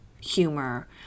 humor